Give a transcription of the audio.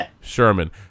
Sherman